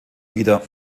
wieder